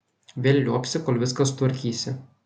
vėl liuobsi kol viską sutvarkysi